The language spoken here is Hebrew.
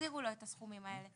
יחזירו לו את הסכומים האלה.